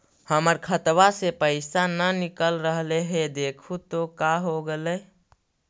हमर खतवा से पैसा न निकल रहले हे देखु तो का होगेले?